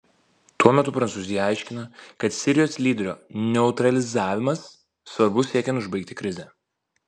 tuo metu prancūzija aiškina kad sirijos lyderio neutralizavimas svarbus siekiant užbaigti krizę